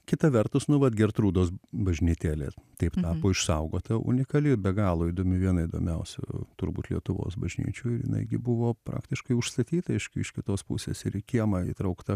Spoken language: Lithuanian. kita vertus nu vat gertrūdos bažnytėlė taip tapo išsaugota unikali ir be galo įdomi viena įdomiausių turbūt lietuvos bažnyčių ir jinai gi buvo praktiškai užstatyta išk iš kitos pusės ir į kiemą įtraukta